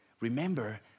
remember